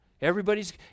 everybody's